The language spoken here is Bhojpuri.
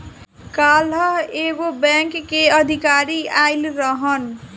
काल्ह एगो बैंक के अधिकारी आइल रहलन